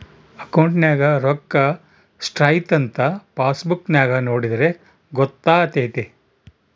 ಅಕೌಂಟ್ನಗ ರೋಕ್ಕಾ ಸ್ಟ್ರೈಥಂಥ ಪಾಸ್ಬುಕ್ ನಾಗ ನೋಡಿದ್ರೆ ಗೊತ್ತಾತೆತೆ